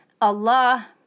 Allah